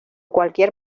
cualquier